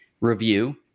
review